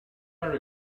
are